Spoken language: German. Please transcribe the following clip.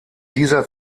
dieser